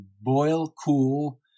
boil-cool